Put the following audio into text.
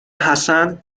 حسن